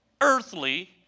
earthly